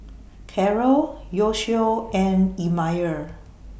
Karel Yoshio and Elmire